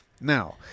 now